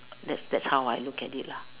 that that's how I look at it lah